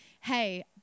Hey